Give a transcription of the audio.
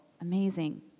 Amazing